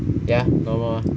ya normal mah